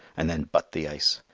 and then butt the ice.